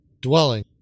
dwelling